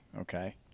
okay